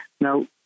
Now